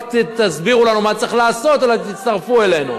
תסבירו לנו מה צריך לעשות אלא תצטרפו אלינו.